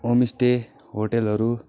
homestay होटेलहरू